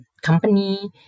company